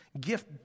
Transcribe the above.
gift